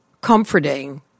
comforting